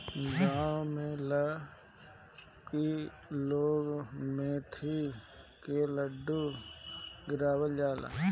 गांव में लरकोरी लोग के मेथी के लड्डू खियावल जाला